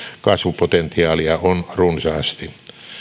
kasvupotentiaalia on runsaasti